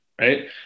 right